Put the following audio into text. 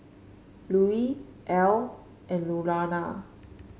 Lucie Ell and Lurana